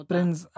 Prince